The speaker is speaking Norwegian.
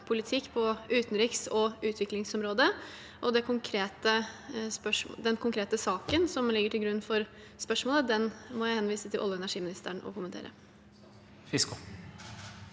politikk på utenriks- og utviklingsområdet. Den konkrete saken som ligger til grunn for spørsmålet, må jeg henvise til olje- og energiministeren å kommentere. Ingrid